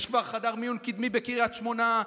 יש כבר חדר מיון קדמי בקריית שמונה?